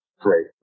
Great